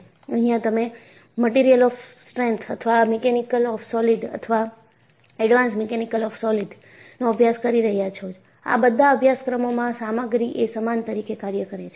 અહિયાં તમે material of strength અથવા મીકેલનીકસ ઓફ solid અથવા એડવાન્સ મીકેલનીકસ ઓફ સોલીડનો અભ્યાસ કરી રહ્યાં છો આ બધા અભ્યાસક્રમોમાં સામગ્રી એ સામન તરીકે કાર્ય કરે છે